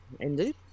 Ended